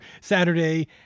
Saturday